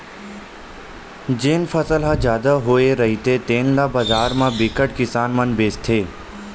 जेन फसल ह जादा होए रहिथे तेन ल बजार म बिकट किसान मन बेचथे